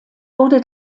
wurde